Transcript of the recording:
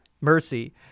mercy